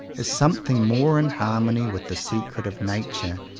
is something more in harmony with the secret of nature,